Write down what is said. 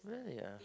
really ah